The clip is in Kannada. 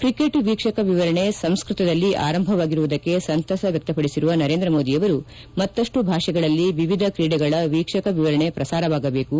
ಕ್ರಿಕೆಟ್ ವೀಕ್ಷಕ ವಿವರಣೆ ಸಂಸ್ಕ್ವತದಲ್ಲಿ ಆರಂಭವಾಗಿರುವುದಕ್ಕೆ ಸಂತಸ ವ್ಯಕ್ತಪಡಿಸಿರುವ ನರೇಂದ ಮೋದಿ ಅವರು ಮತ್ತಷ್ಟು ಭಾಷೆಗಳಲ್ಲಿ ವಿವಿಧ ಕ್ರೀಡೆಗಳ ವೀಕ್ಷಕ ವಿವರಣೆ ಪ್ರಸಾರವಾಗಬೇಕು